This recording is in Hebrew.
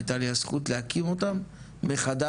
הייתה לי הזכות להקים אותם מחדש,